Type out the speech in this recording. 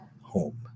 home